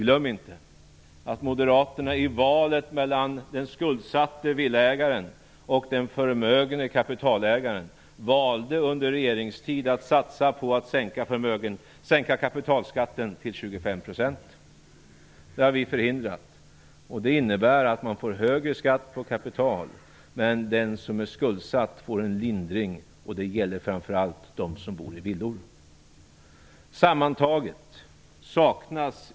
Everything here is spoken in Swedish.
Glöm inte att moderaterna i valet mellan den skuldsatte villaägaren och den förmögne kapitalägaren under regeringstid valde att satsa på att sänka kapitalskatten till 25 %. Det har vi förhindrat. Det innebär att skatten på kapital blir högre, medan den som är skuldsatt får en lindring. Det gäller framför allt dem som bor i villor.